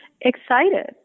excited